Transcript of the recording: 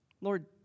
Lord